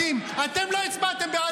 אני מסביר בטוב טעם --- אני לא סומך עליו,